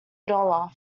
dollar